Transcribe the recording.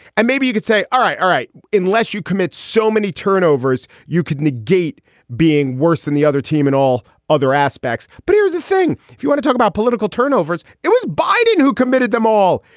and maybe you could say, all right. all right. unless you commit so many turnovers, you could negate being worse than the other team in all other aspects but here's the thing. if you want to talk about political turnovers, it was biden who committed them all.